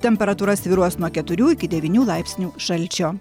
temperatūra svyruos nuo keturių iki devynių laipsnių šalčio